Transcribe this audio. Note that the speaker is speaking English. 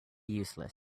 useless